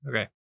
Okay